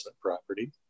property